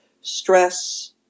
stress